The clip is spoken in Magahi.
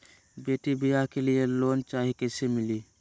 बेटी ब्याह के लिए लोन चाही, कैसे मिली?